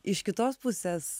iš kitos pusės